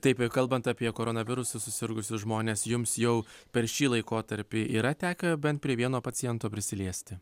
taip kalbant apie koronavirusu susirgusius žmones jums jau per šį laikotarpį yra tekę bent prie vieno paciento prisiliesti